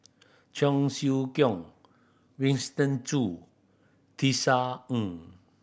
Cheong Siew Keong Winston Choo Tisa Ng